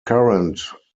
current